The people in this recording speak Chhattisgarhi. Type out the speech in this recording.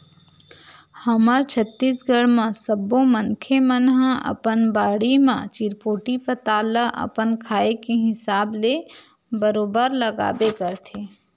हमर छत्तीसगढ़ म सब्बो मनखे मन ह अपन बाड़ी म चिरपोटी पताल ल अपन खाए के हिसाब ले बरोबर लगाबे करथे